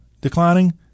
declining